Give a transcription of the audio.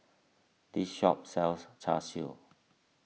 this shop sells Char Siu